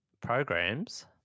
programs